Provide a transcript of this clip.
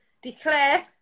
declare